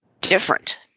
different